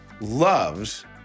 loves